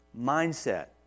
mindset